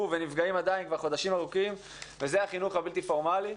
ועדיין נפגעים חודשים ארוכים וזה החינוך הבלתי פורמלי,